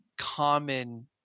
common